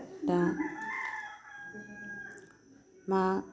दा मा